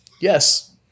Yes